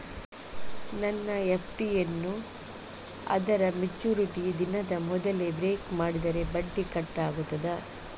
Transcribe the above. ನನ್ನ ಎಫ್.ಡಿ ಯನ್ನೂ ಅದರ ಮೆಚುರಿಟಿ ದಿನದ ಮೊದಲೇ ಬ್ರೇಕ್ ಮಾಡಿದರೆ ಬಡ್ಡಿ ಕಟ್ ಆಗ್ತದಾ?